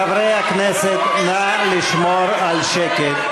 חברי הכנסת, נא לשמור על שקט.